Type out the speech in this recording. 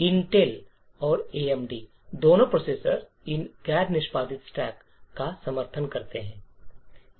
Intel और AMD दोनों processor इन गैर निष्पादित स्टैक का समर्थन करते हैं